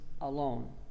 alone